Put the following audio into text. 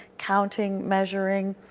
counting, measuring,